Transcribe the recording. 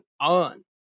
on